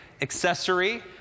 accessory